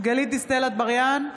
גלית דיסטל אטבריאן,